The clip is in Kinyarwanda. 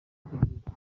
bw’igihugu